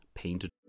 painted